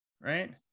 right